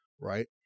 right